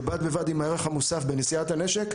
שבד בבד עם הערך המוסף בנשיאת הנשק,